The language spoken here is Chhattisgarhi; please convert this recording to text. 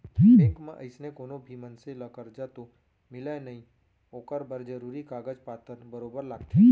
बेंक म अइसने कोनो भी मनसे ल करजा तो मिलय नई ओकर बर जरूरी कागज पातर बरोबर लागथे